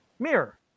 Mirror